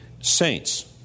saints